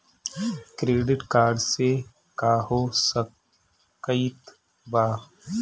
Credit card से का हो सकइत बा?